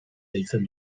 deitzen